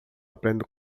aprende